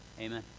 Amen